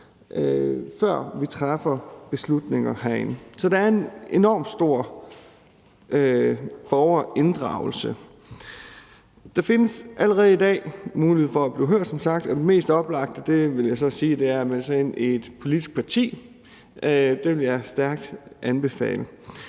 før vi træffer beslutningen herinde. Så der er en enormt stor borgerinddragelse. Der findes som sagt allerede i dag mulighed for at blive hørt, og den mest oplagte mulighed vil jeg så sige er at melde sig ind i et politisk parti. Det vil jeg stærkt anbefale.